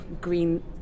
green